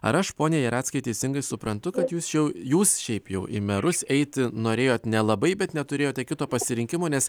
ar aš pone ir jareckai teisingai suprantu kad jūs jau jūs šiaip jau į merus eiti norėjot nelabai bet neturėjot kito pasirinkimo nes